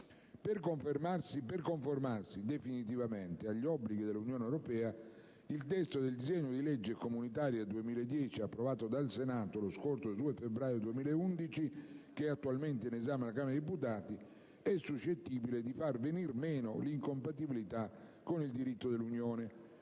Per conformarsi definitivamente agli obblighi dell'Unione europea, il testo del disegno di legge comunitaria 2010, approvato dal Senato lo scorso 2 febbraio 2011 ed attualmente in esame alla Camera dei deputati, è suscettibile di far venir meno l'incompatibilità con il diritto dell'Unione.